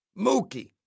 Mookie